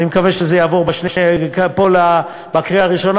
אני מקווה שזה יעבור פה בקריאה הראשונה